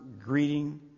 greeting